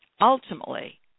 Ultimately